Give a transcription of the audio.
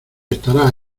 estará